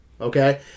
Okay